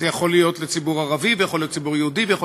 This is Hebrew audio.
זה יכול להיות ציבור ערבי ויכול להיות ציבור יהודי ויכול